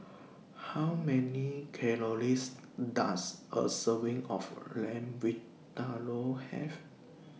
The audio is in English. How Many Calories Does A Serving of Lamb Vindaloo Have